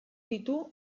ditu